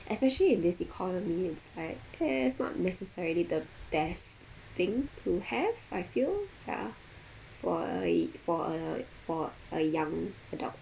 especially in this economy it's like eh it's not necessarily the best thing to have I feel ya for a for a for a young adult